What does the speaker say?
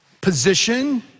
position